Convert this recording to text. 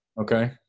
Okay